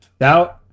Now